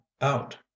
out